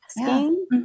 asking